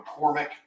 mccormick